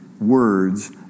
words